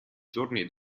giorni